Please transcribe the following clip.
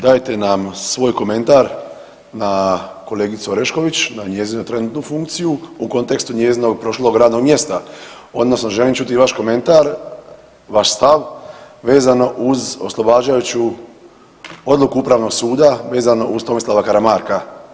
Dajte nam svoj komentar na kolegicu Orešković na njezinu trenutnu funkciju u kontekstu njezinog prošlog radnog mjesta odnosno želim čuti vaš komentar, vaš stav vezano uz oslobađajuću odluku Upravnog suda vezano uz Tomislava Karamarka.